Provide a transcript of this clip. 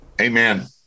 amen